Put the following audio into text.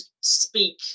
speak